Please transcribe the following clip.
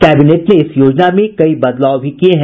cabinet ने इस योजना में कई बदलाव भी किये हैं